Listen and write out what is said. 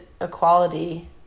equality